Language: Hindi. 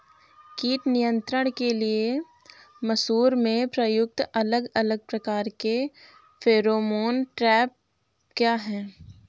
कीट नियंत्रण के लिए मसूर में प्रयुक्त अलग अलग प्रकार के फेरोमोन ट्रैप क्या है?